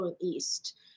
east